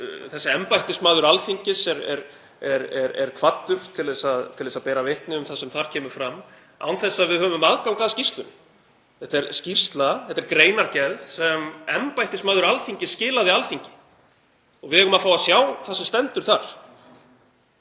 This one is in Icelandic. sem embættismaður Alþingis er kvaddur til til að bera vitni um það sem þar kemur fram, án þess að við höfum aðgang að skýrslunni. Þetta er greinargerð sem embættismaður Alþingis skilaði Alþingi og við eigum að fá að sjá það sem stendur þar.